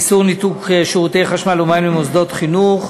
איסור ניתוק שירותי חשמל ומים במוסדות חינוך,